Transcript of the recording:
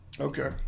Okay